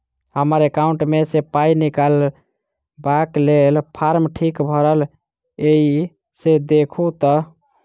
हम्मर एकाउंट मे सऽ पाई निकालबाक लेल फार्म ठीक भरल येई सँ देखू तऽ?